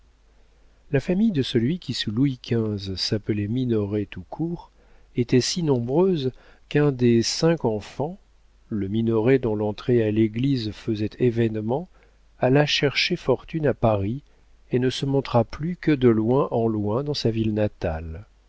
la famille de celui qui sous louis xv s'appelait minoret tout court était si nombreuse qu'un des cinq enfants le minoret dont l'entrée à l'église faisait événement alla chercher fortune à paris et ne se montra plus que de loin en loin dans sa ville natale